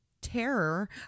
terror